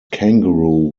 kangaroo